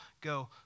go